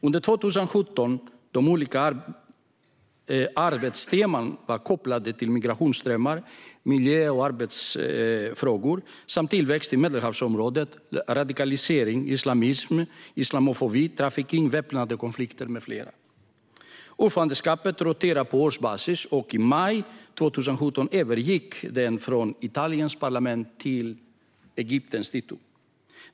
Under 2017 var de olika arbetstemana kopplade till migrationsströmmar, miljö och arbetsfrågor samt tillväxt i Medelhavsområdet, radikalisering, islamism och islamofobi, trafficking, väpnade konflikter med mera. Ordförandeskapet roterar på årsbasis och övergick i maj 2017 från Italiens parlament till Egyptens dito.